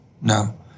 No